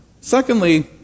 Secondly